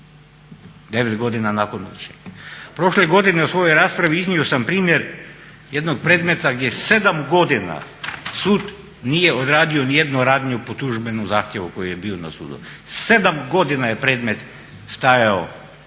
9 godina od donošenja. Prošle godine u svojoj raspravi iznio sam primjer jednog predmeta gdje sedam godina sud nije odradio ni jednu radnju po službenom zahtjevu koji je bio na sudu. 7 godina je predmet stajao